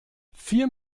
vier